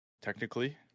technically